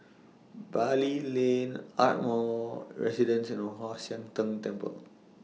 Bali Lane Ardmore Residence and Kwan Siang Tng Temple